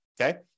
okay